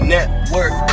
Network